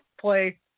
play